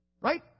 right